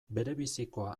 berebizikoa